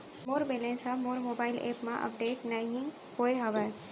मोर balance हा मोर mobile app मा अपडेट नहीं होय हवे